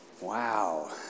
Wow